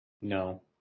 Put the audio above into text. No